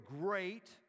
great